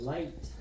Light